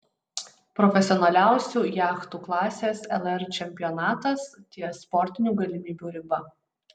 profesionaliausių jachtų klasės lr čempionatas ties sportinių galimybių riba